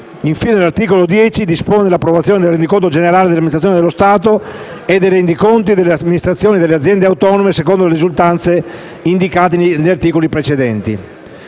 Infine, l'articolo 10 dispone l'approvazione del Rendiconto generale delle amministrazioni dello Stato e dei rendiconti delle amministrazioni e delle aziende autonome, secondo le risultanze indicate negli articoli precedenti.